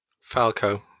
Falco